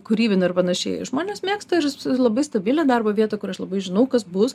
kūrybina ir panašiai žmonės mėgsta ir labai stabilią darbo vietą kur aš labai žinau kas bus